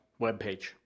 webpage